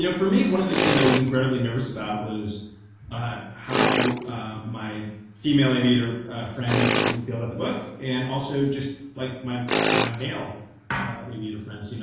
for me, one of the things i was incredibly nervous about was how my female aviator friends would feel about the book, and also just like my my male aviator friends. you know